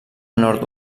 nord